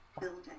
building